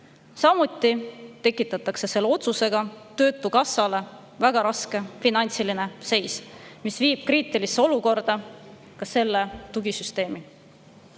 Samuti tekitatakse selle otsusega töötukassale väga raske finantsiline seis, mis viib kriitilisse olukorda ka selle tugisüsteemi.